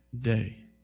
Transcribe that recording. day